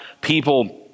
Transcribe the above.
people